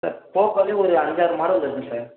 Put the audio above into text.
sir போக்கோலையே ஒரு அஞ்சாறு மாடலு இருக்கு சார்